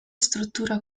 struttura